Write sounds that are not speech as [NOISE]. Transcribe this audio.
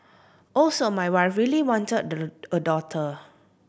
also my wife really wanted [UNINTELLIGIBLE] a daughter